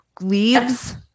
leaves